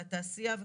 לתעשייה וכו'